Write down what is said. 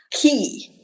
key